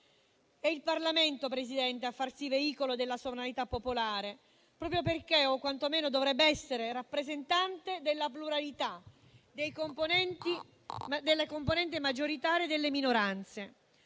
È il Parlamento, signor Presidente, a farsi veicolo della sovranità popolare, proprio perché è o quantomeno dovrebbe essere rappresentante della pluralità della componente maggioritaria e delle minoranze.